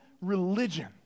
religion